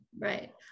Right